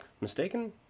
Mistaken